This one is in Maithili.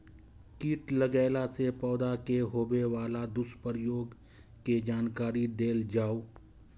कीट लगेला से पौधा के होबे वाला दुष्प्रभाव के जानकारी देल जाऊ?